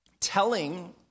Telling